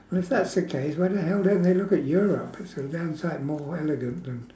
well if that's the case why the hell don't they look at europe it's a damn sight more elegant and